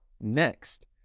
next